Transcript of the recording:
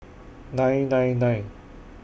nine nine nine